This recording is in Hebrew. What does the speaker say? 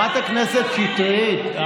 חברת הכנסת שטרית,